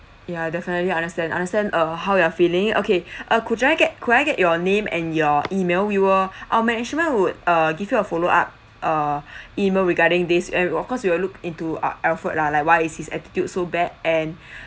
ya definitely understand understand uh how you're feeling okay uh could I get could I get your name and your email we will our management would uh give you a follow up uh email regarding this and of course we will look into al~ alfred lah like why is his attitude so bad and